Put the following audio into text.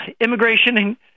immigration